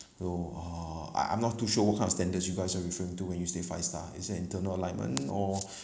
so uh I I'm not too sure what kind of standards you guys are referring to when you say five star is it internal alignment or